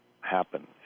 happen